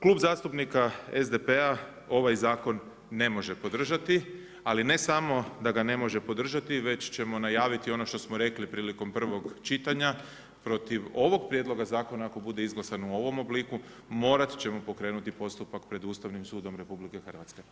Klub zastupnika SDP-a ovaj zakon ne može podržati, ali ne samo da ga ne može podržati već ćemo najaviti ono što smo rekli prilikom prvog čitanja, protiv ovog prijedloga zakona ako bude izglasan, u ovom obliku, morat ćemo pokrenuti postupak pred Ustavnim sudom RH.